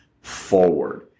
forward